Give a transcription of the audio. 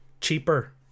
cheaper